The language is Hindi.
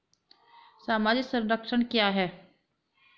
सामाजिक संरक्षण क्या है?